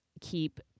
keep